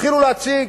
התחילו להציג.